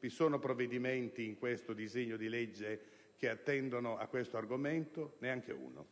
Vi sono provvedimenti in questo disegno di legge che attengano a tale argomento? Neanche uno.